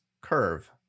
curve